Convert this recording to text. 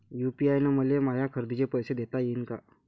UPI न मले माया खरेदीचे पैसे देता येईन का?